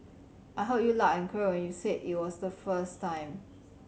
I heard you loud and clear when you said it the first time